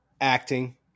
acting